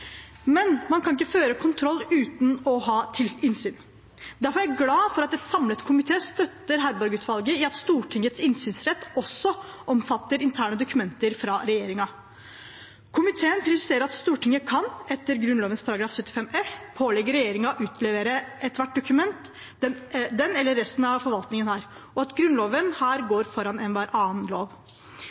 Men man kan ikke føre kontroll uten å ha innsyn. Derfor er jeg glad for at en samlet komité støtter Harberg-utvalget i at Stortingets innsynsrett også omfatter interne dokumenter fra regjeringen. Komiteen presiserer at Stortinget etter Grunnloven § 75 f kan pålegge regjeringen å utlevere ethvert dokument den eller resten av forvaltningen har, og at Grunnloven her går foran enhver annen lov.